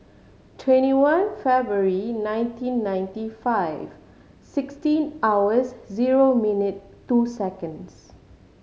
twenty one February nineteen ninety five sixteen hours zero minute two seconds